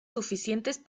suficientes